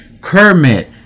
Kermit